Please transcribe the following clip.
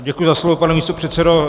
Děkuji za slovo, pane místopředsedo.